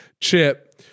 chip